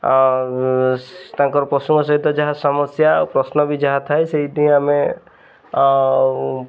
ଆଉ ତାଙ୍କର ପଶୁଙ୍କ ସହିତ ଯାହା ସମସ୍ୟା ପ୍ରଶ୍ନ ବି ଯାହା ଥାଏ ସେଇଠି ଆମେ ଆଉ